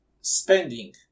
spending